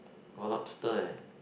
!wah! lobster eh